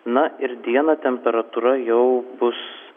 na ir dieną temperatūra jau bus